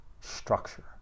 structure